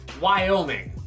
Wyoming